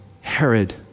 Herod